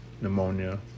pneumonia